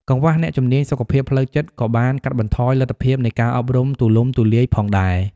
កង្វះអ្នកជំនាញសុខភាពផ្លូវចិត្តក៏បានកាត់បន្ថយលទ្ធភាពនៃការអប់រំទូលំទូលាយផងដែរ។